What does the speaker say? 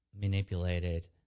manipulated